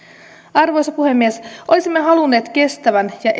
arvoisa puhemies olisimme halunneet kestävän ja